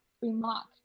remark